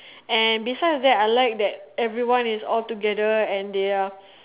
and besides that I like that everyone is all together and they are